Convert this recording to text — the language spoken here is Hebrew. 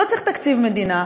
לא צריך תקציב מדינה.